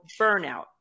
burnout